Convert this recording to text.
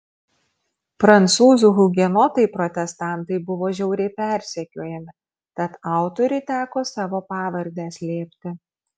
prancūzų hugenotai protestantai buvo žiauriai persekiojami tad autoriui teko savo pavardę slėpti